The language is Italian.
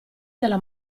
della